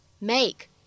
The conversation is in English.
make